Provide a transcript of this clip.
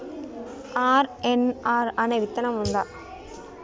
RNR అనే విత్తనం ఉందా?